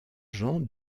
jean